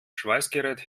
schweißgerät